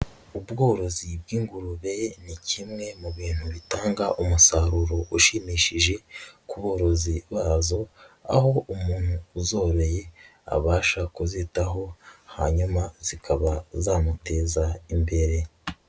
Ubworozi bw'ingurube ni kimwe mu bintu bitanga umusaruro ushimishije ku borozi bazo, aho umuntu uzoroye abasha kuzitaho hanyuma zikaba zamuteza imbere.